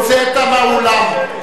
לא משנה את המציאות, הוצאת מהאולם.